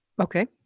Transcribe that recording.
Okay